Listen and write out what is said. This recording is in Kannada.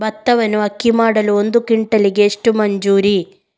ಭತ್ತವನ್ನು ಅಕ್ಕಿ ಮಾಡಲು ಒಂದು ಕ್ವಿಂಟಾಲಿಗೆ ಎಷ್ಟು ಮಜೂರಿ?